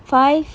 five